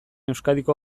euskadiko